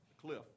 Cliff